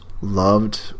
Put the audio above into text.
loved